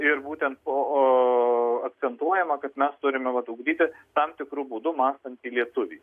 ir būtent o akcentuojama kad mes turime vat ugdyti tam tikru būdu mąstantį lietuvį